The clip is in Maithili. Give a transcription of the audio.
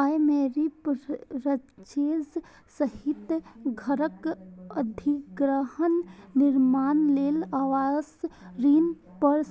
अय मे रीपरचेज सहित घरक अधिग्रहण, निर्माण लेल आवास ऋण पर